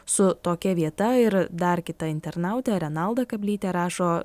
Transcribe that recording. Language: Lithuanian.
su tokia vieta ir dar kita internautė renalda kablytė rašo